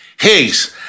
Higgs